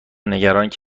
نگرانند